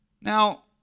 Now